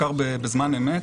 תוחקר בזמן אמת